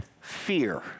fear